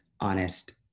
honest